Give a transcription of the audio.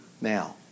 now